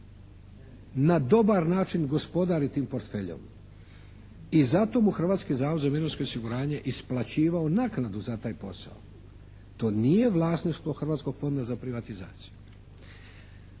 na dobar način gospodari tim portfeljom. I zato mu je Hrvatski zavod za mirovinsko osiguranje isplaćivao naknadu za taj posao. To nije vlasništvo Hrvatskog fonda za privatizaciju.